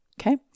Okay